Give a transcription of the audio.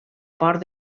port